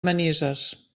manises